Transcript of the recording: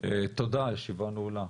תודה, הישיבה נעולה.